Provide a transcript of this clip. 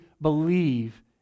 believe